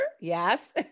Yes